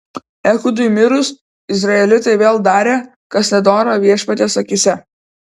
ehudui mirus izraelitai vėl darė kas nedora viešpaties akyse